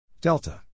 delta